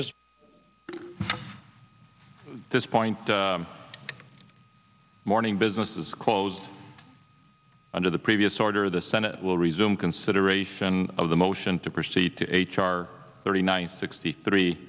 just this point morning business is closed under the previous order the senate will resume consideration of the motion to proceed to h r thirty nine sixty three